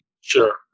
Sure